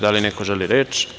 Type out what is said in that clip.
Da li neko želi reč?